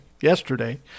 yesterday